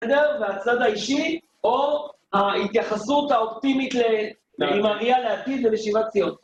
בסדר? והצד האישי, או ההתייחסות האופטימית ל... עם הראייה לעתיד ולשיבת ציון.